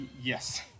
Yes